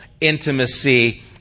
intimacy